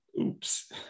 Oops